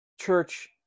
church